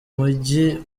mujyi